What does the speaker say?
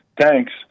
Thanks